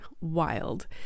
wild